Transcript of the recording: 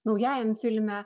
naujajam filme